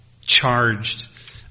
charged